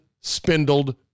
spindled